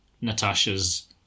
Natasha's